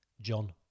John